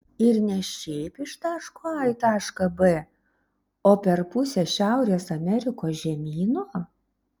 ir ne šiaip iš taško a į tašką b o per pusę šiaurės amerikos žemyno